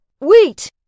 Wait